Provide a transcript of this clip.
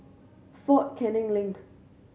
Fort Canning Link